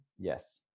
Yes